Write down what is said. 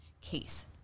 case